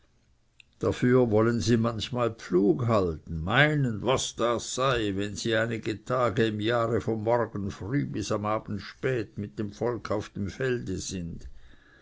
dafür wollen sie manchmal pflug halten meinen was das sei wenn sie einige tage im jahre vom morgen früh bis am abend spät mit dem volk auf dem felde sind